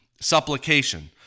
supplication